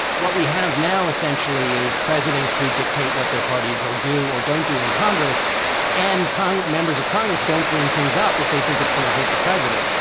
what we have now essentially is presidents who dictate what their parties or do or don't do in congress and congress. members of congress don't bring things up if they think it's going to hurt the president.